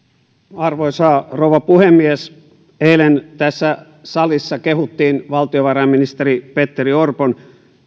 arvoisa rouva puhemies eilen tässä salissa kehuttiin valtiovarainministeri petteri orpon